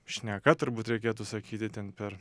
šneka turbūt reikėtų sakyti ten per